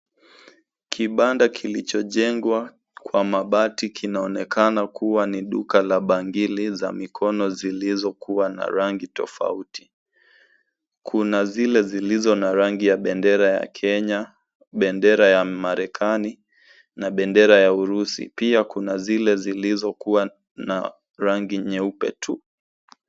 Kibanda kilichojengwa kwa mabati kinaonekana kuwa ni duka la bangili za mikono zilizokuwa na rangi tofauti. Kuna zile zilizo na rangi ya bendera ya Kenya, bendera ya Marekani na bendera ya Urusi. Pia kuna zile zilizokua na rangi nyeupe tu.